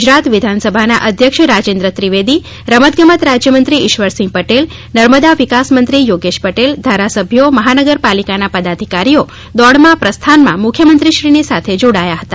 ગુજરાત વિધાનસભાના અદયક્ષ રાજેન્દ્ર ત્રિવેદી રમત ગમત રાજ્યમંત્રીશ્રી ઇશ્વરસિંહ પટેલ નર્મદા વિકાસ મંત્રી થોગેશ પટેલ ધારાસભ્યો મહાનગરપાલિકાના પદાધિકારીઓ દોડમાં પ્રસ્થાનમાં મુખ્યમંત્રીશ્રીની સાથે જોડાયા હતા